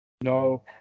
No